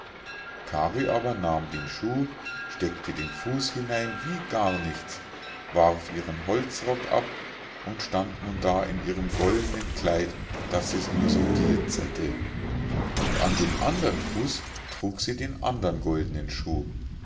kari aber nahm den schuh steckte den fuß hinein wie gar nichts warf ihren holzrock ab und stand nun da in ihrem goldnen kleid daß es nur so glitzerte und an dem andern fuß trug sie den andern goldnen schuh